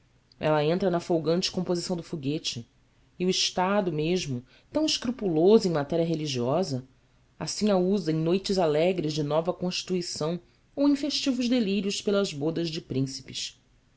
ela entra na folgante composição do foguete e o estado mesmo tão escrupuloso em matéria religiosa assim a usa em noites alegres de nova constituição ou em festivos delírios pelas bodas de príncipes